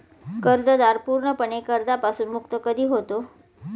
कर्जदार पूर्णपणे कर्जापासून मुक्त कधी होतो?